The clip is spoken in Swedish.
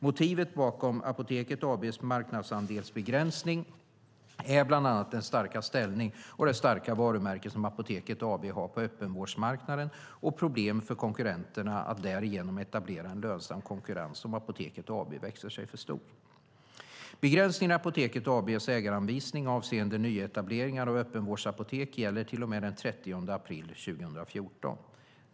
Motivet bakom Apoteket AB:s marknadsandelsbegränsning är bland annat den starka ställning och det starka varumärke som Apoteket AB har på öppenvårdsmarknaden och problemen för konkurrenterna att därigenom etablera en lönsam konkurrens om Apoteket AB växer sig för stort. Begränsningen i Apoteket AB:s ägaranvisning avseende nyetablering av öppenvårdsapotek gäller till och med den 30 april 2014.